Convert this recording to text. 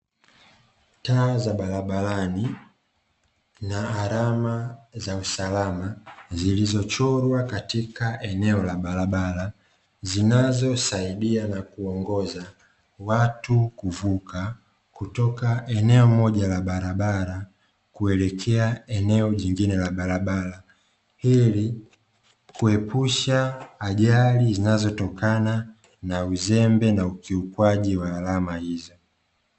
Taa za barabarani na alama za usalama, zilizochorwa katika eneo la barabara, zinazosaidia na kuongoza watu kuvuka, kutoka eneo moja la barabara kuelekea eneo jingine la barabara, ili kuepusha ajali zinazotokana na uzembe na ukiukwaji wa alama hizo.